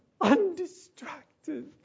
undistracted